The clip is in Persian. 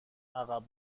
عقب